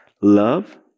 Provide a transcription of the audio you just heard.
Love